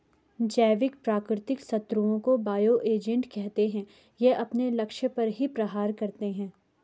जैविक प्राकृतिक शत्रुओं को बायो एजेंट कहते है ये अपने लक्ष्य पर ही प्रहार करते है